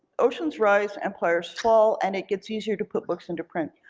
oceans rise, empires fall, and it gets easier to put books into print.